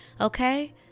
okay